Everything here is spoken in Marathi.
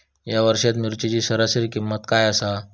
या वर्षात मिरचीची सरासरी किंमत काय आसा?